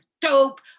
dope